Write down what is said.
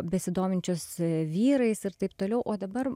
besidominčios vyrais ir taip toliau o dabar